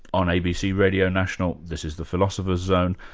on abc radio national, this is the philosopher's zone,